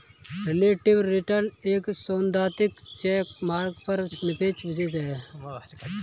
relative return एक सैद्धांतिक benchmark के सापेक्ष निवेश पर रिटर्न है